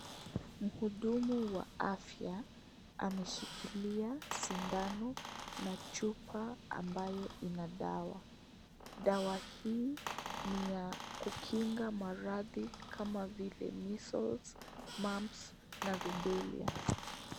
Mhudumu wa afya anashikilia sindano na chupa ambayo ina dawa. Dawa hii ni ya kukinga maradhi kama vile measles, mumps na rubella.